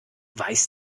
weiß